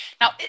Now